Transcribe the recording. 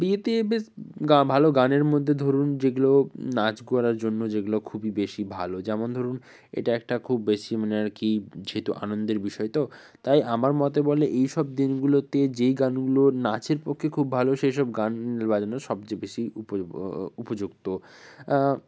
বিয়েতে বেশ গা ভালো গানের মধ্যে ধরুন যেগুলো নাচ করার জন্য যেগুলো খুবই বেশি ভালো যেমন ধরুন এটা একটা খুব বেশি মানে আর কি যেহেতু আনন্দের বিষয় তো তাই আমার মতে বলে এই সব দিনগুলোতে যেই গানগুলো নাচের পক্ষে খুব ভালো সেই সব গান বাজানো সব চেয়ে বেশি উপযোগ্য উপযুক্ত